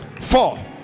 Four